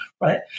right